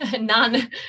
None